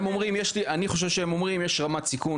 אני חושב שהם אומרים יש רמת סיכון,